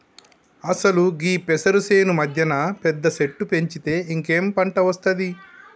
అసలు గీ పెసరు సేను మధ్యన పెద్ద సెట్టు పెంచితే ఇంకేం పంట ఒస్తాది